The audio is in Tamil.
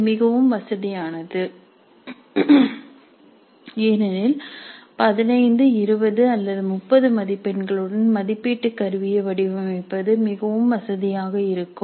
இது மிகவும் வசதியானது ஏனெனில் 15 20 அல்லது 30 மதிப்பெண்களுடன் மதிப்பீட்டு கருவியை வடிவமைப்பது மிகவும் வசதியாக இருக்கும்